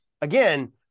Again